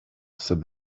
said